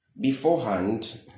beforehand